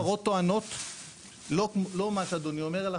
החברות טוענות לא מה שאדוני אומר.